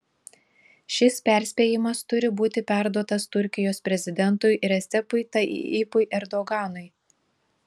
šis perspėjimas turi būti perduotas turkijos prezidentui recepui tayyipui erdoganui